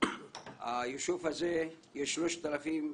ביישוב הזה יש 3,000 משפחות,